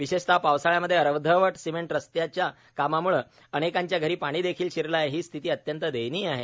विशेषत पावसाळयामध्ये अर्धवट सिमेंट रस्यााचच्या कामाम्ळे अनेकांच्या धरी पाणी देखील शिरले आहे ही स्थिती अत्यंत दयनीय आहे